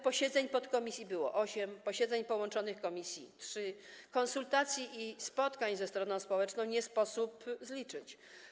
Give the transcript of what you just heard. Posiedzeń podkomisji było osiem, posiedzeń połączonych komisji - trzy, konsultacji i spotkań ze stroną społeczną nie sposób zliczyć.